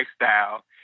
lifestyle